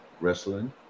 Wrestling